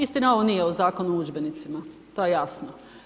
Istina, ovo nije u Zakonu o udžbenicima, to je jasno.